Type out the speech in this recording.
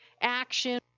action